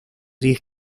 diez